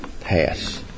pass